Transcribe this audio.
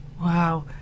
Wow